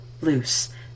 loose